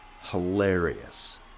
hilarious